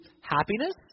happiness